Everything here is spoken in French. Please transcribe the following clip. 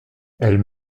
elle